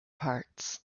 parts